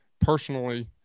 personally